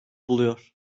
buluyor